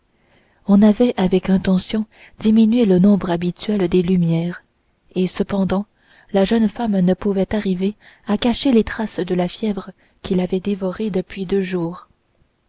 on avait avec intention diminué le nombre habituel des lumières et cependant la jeune femme ne pouvait arriver à cacher les traces de la fièvre qui l'avait dévorée depuis deux jours